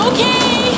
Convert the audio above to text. Okay